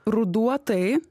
ruduo tai